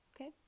Okay